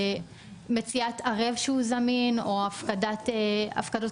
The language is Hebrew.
תנאים שהם מציאת ערב שהוא זמין או הפקדות כספיות.